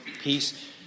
peace